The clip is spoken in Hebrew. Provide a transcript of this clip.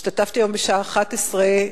השתתפתי היום בשעה 11:00,